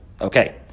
Okay